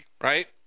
right